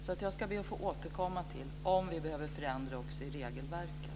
Jag ska därför be att få återkomma till om vi behöver förändra också i regelverket.